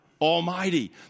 Almighty